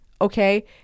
Okay